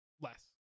less